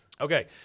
Okay